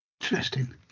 Interesting